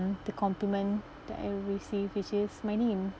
the compliment that I receive which is my name